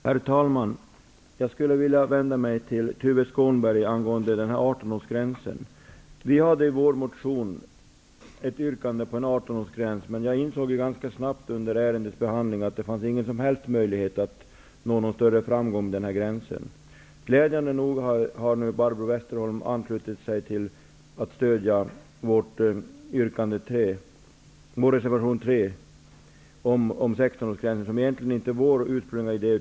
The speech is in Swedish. Herr talman! Jag vill vända mig till Tuve Skånberg angående 18-årsgränsen. I vår motion hade vi ett yrkande om en 18-årsgräns, men under ärendets behandling insåg jag ganska snabbt att det inte fanns mågon som helst möjlighet att nå någon större framgång med denna gräns. Glädjande nog har Barbro Westerholm anslutit sig till att stödja vår reservation 3 om 16-årsgränsen. Det är egentligen inte vår ursprungliga idé.